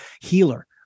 healer